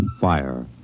fire